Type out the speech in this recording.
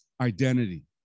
identity